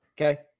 Okay